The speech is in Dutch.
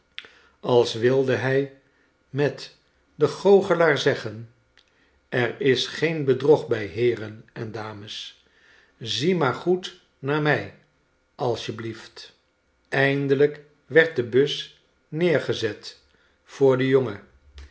als wilde hij met dengoochelaar zeggen er is geen bedrog by heeren en dames zie maar goed naar mij als je blieft eindelijk werd de bus neergezet voor den jongen